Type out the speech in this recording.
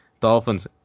Dolphins